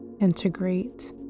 integrate